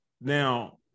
now